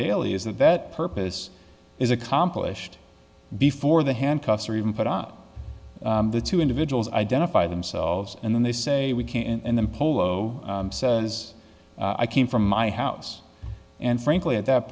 daily is that that purpose is accomplished before the handcuffs are even put on the two individuals identify themselves and then they say we can't and then polo says i came from my house and frankly at that